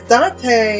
Dante